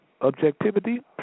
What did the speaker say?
Objectivity